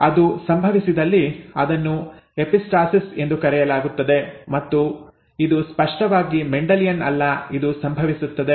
ಅದು ಸಂಭವಿಸಿದಲ್ಲಿ ಅದನ್ನು ಎಪಿಸ್ಟಾಸಿಸ್ ಎಂದು ಕರೆಯಲಾಗುತ್ತದೆ ಮತ್ತು ಇದು ಸ್ಪಷ್ಟವಾಗಿ ಮೆಂಡೆಲಿಯನ್ ಅಲ್ಲ ಇದು ಸಂಭವಿಸುತ್ತದೆ